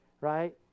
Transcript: right